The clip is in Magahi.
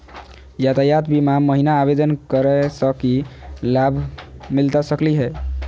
यातायात बीमा महिना आवेदन करै स की लाभ मिलता सकली हे?